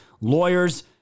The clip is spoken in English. lawyers